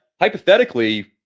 hypothetically